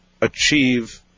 achieve